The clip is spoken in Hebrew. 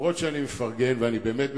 למרות שאני מפרגן, ואני באמת מפרגן,